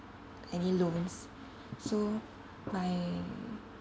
any loans so my